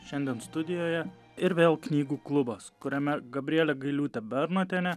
šiandien studijoje ir vėl knygų klubas kuriame gabrielė gailiūtė bernotienė